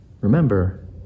remember